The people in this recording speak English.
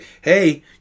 hey